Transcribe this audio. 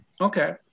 okay